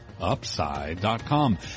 Upside.com